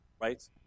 Right